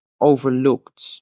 overlooked